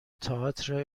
تئاتر